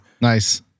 Nice